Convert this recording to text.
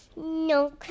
No